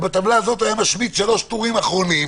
ובטבלה הזאת היה משמיט שלושה טורים אחרונים,